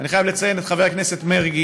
ואני חייב לציין את חבר הכנסת מרגי,